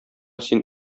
син